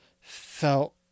felt